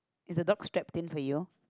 is the dog strapped in for you